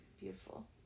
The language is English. Beautiful